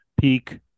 peak